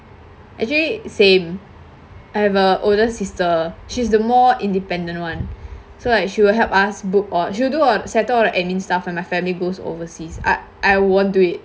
actually same I have a older sister she's the more independent [one] so like she'll help us book all she'll do on settle all the admin stuff when my family goes overseas I I won't do it